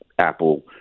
Apple